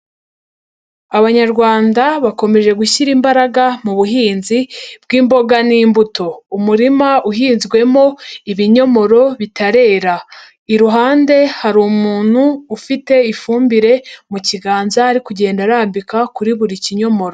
Abanyarwanda bakomeje gushyira imbaraga mu buhinzi bw'imboga n'imbuto, umurima uhinzwemo ibinyomoro bitarera, iruhande hari umuntu ufite ifumbire mu kiganza ari kugenda arambika kuri buri kinyomoro.